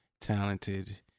talented